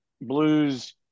blues